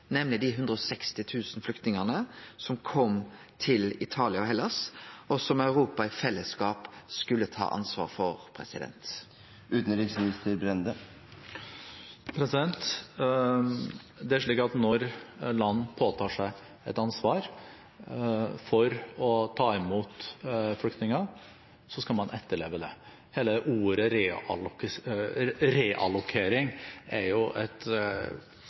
nemleg dei 160 000 flyktningane som kom til Italia og Hellas, og som Europa i fellesskap skulle ta ansvar for? Når land påtar seg et ansvar for å ta imot flyktninger, skal man etterleve det. Hele ordet «reallokering» er jo